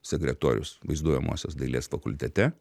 sekretorius vaizduojamosios dailės fakultete